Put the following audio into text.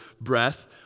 breath